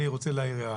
אני רוצה להעיר.